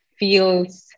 feels